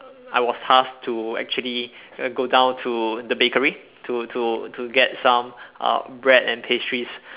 I was tasked to actually go down to the bakery to to to get some uh bread and pastries